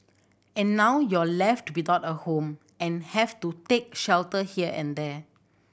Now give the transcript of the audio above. and now you're left without a home and have to take shelter here and there